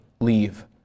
leave